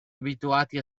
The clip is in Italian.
abituati